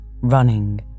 running